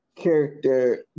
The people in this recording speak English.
Character